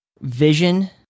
vision